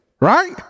right